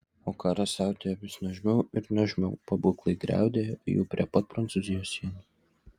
o karas siautėjo vis nuožmiau ir nuožmiau pabūklai griaudėjo jau prie pat prancūzijos sienų